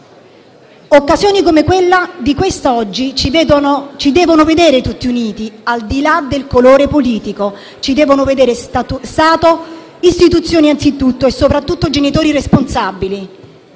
Occasioni come quella di quest'oggi ci devono vedere tutti uniti, al di là del colore politico; ci devono vedere Stato, istituzioni anzitutto e, soprattutto, genitori responsabili.